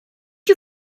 you